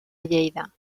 lleida